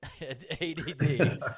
ADD